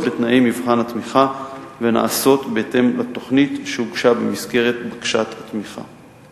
בתנאי מבחן התמיכה ונעשות בהתאם לתוכנית שהוגשה במסגרת בקשת התמיכה.